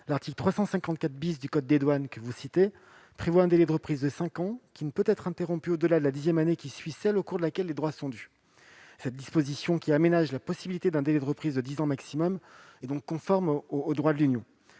l'article 354 du code des douanes prévoit un délai de reprise de cinq ans, qui ne peut être interrompu au-delà de la dixième année qui suit celle au cours de laquelle les droits sont dus. Cette disposition, qui aménage la possibilité d'un délai de reprise de dix ans maximum, est donc conforme au droit de l'Union.